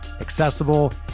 accessible